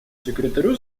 секретарю